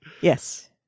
Yes